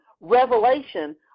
revelation